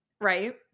Right